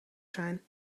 zijn